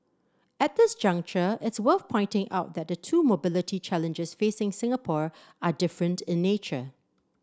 at this juncture it's worth pointing out that the two mobility challenges facing Singapore are different in nature